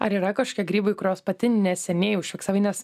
ar yra kažkokie grybai kuriuos pati neseniai užfiksavai nes